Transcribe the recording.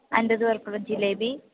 അൻപത് പേർക്കുള്ള ജിലേബി